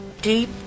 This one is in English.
deep